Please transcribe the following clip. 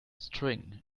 string